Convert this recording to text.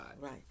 Right